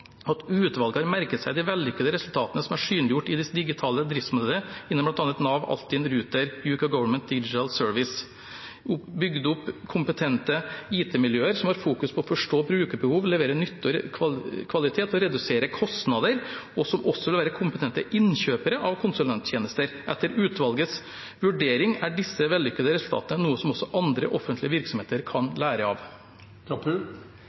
utvalget: «Utvalget har merket seg de vellykkede resultatene som er synliggjort i de digitale driftsmodellene innen blant annet Nav, Altinn, Ruter og UK Government Digital Service. Dette er blant annet oppnådd gjennom å bygge opp kompetente interne IT-miljøer, som har fokus på å forstå brukerbehov, levere nytte og kvalitet og redusere kostnader, og som også vil være kompetente innkjøpere av konsulenttjenester. Etter utvalgets vurdering er disse vellykkede resultatene noe som også andre offentlige virksomheter kan